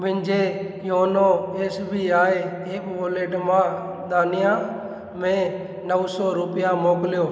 मुंहिंजे YONO S B I app wallet मां दानिआ में नव सौ रुपिया मोकिलियो